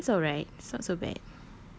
ya it's alright it's not so bad